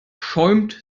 schäumt